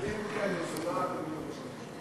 בידי מי היוזמה, אדוני ראש הממשלה?